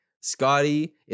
Scotty